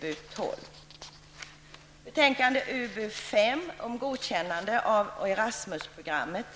När det gäller betänkande UbU5 om godkännande av Erasmus-programmet